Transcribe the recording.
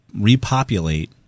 repopulate